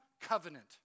covenant